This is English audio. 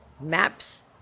maps